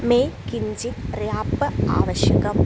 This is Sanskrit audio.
मे किञ्चित् र्याप्प आवश्यकम्